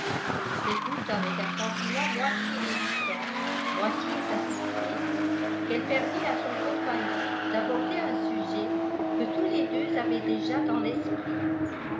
et ce fut avec un sentiment moitié hésitant moitié satisfait qu'elle permit à son compagnon d'aborder un sujet que tous les deux avaient déjà dans l'esprit